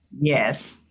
Yes